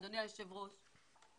אדוני היושב-ראש,